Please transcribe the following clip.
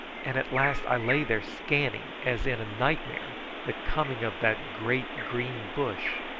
and at last i lay there scanning as in a nightmare the coming of that great green bush.